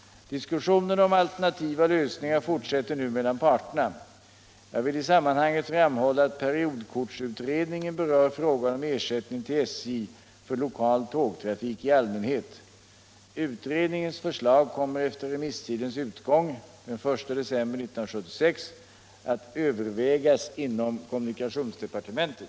Diskussionerna om alternativa lösningar fortsätter nu mellan parterna. Jag vill i sammanhanget framhålla att periodkortsutredningen berör frågan om ersättning till SJ för lokal tågtrafik i allmänhet. Utredningens förslag kommer efter remisstidens utgång — den 1 december 1976 — att övervägas inom kommunikationsdepartementet.